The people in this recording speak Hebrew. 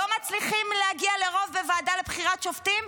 לא מצליחים להגיע לרוב בוועדה לבחירת שופטים?